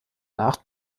acht